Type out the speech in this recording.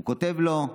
הוא כותב לו: